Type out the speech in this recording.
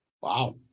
Wow